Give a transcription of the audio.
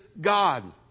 God